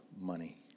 money